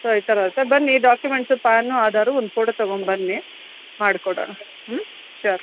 so ಈ ಥರ ಇರತ್ತೆ ಬನ್ನಿ ಡಾಕ್ಯುಮೆಂಟ್ಸು ಪ್ಯಾನು ಆಧಾರ್ ಒಂದು ಫೋಟೋ ತೊಗೊಂಡು ಬನ್ನಿ ಮಾಡ್ಕೊಡೋಣ ಹ್ಞೂ ಶೂರ್